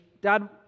Dad